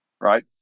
right